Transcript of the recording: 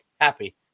happy